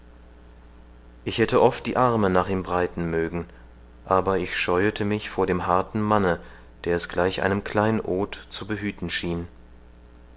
ich hätte oft die arme nach ihm breiten mögen aber ich scheuete mich vor dem harten manne der es gleich einem kleinod zu behüten schien